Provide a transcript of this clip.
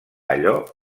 allò